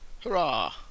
Hurrah